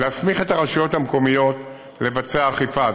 להסמיך את הרשויות המקומיות לבצע אכיפה.